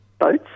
boats